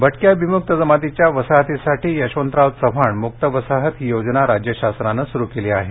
लातूर भटक्या विमुक्त जमातीच्या वसाहतीसाठी यशवंतराव चव्हाण मुक्त वसाहत ही योजना राज्य शासनानं सुरु केली आहे